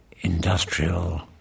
industrial